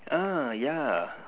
uh yeah